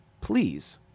please